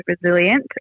resilient